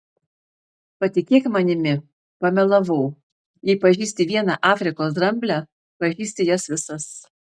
patikėk manimi pamelavau jei pažįsti vieną afrikos dramblę pažįsti jas visas